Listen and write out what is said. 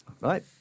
Right